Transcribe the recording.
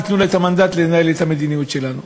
ייתנו לה את המנדט לנהל את המדיניות שלנו.